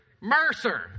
Mercer